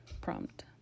prompt